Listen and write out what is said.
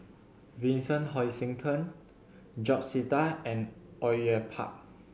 Vincent Hoisington George Sita and Au Yue Pak